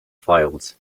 files